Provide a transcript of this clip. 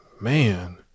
man